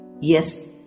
Yes